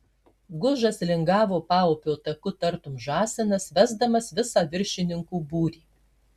gužas lingavo paupio taku tartum žąsinas vesdamas visą viršininkų būrį